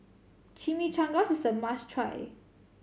chimichangas is a must try